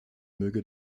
möge